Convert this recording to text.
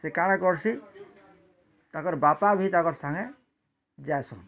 ସେ କାଣା କରୁସିଁ ତାକର୍ ବାପା ବି ତାକର୍ ସାଙ୍ଗେ ଯାଏସନ୍